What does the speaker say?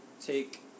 take